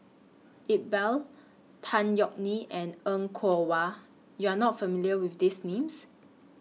Iqbal Tan Yeok Nee and Er Kwong Wah YOU Are not familiar with These Names